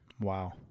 Wow